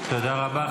תודה רבה.